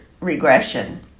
regression